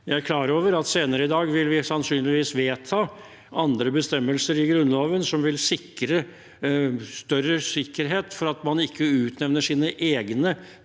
Jeg er klar over at vi senere i dag sannsynligvis vil vedta andre bestemmelser i Grunnloven som vil sikre større sikkerhet for at man ikke utnevner sine egne